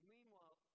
Meanwhile